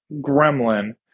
gremlin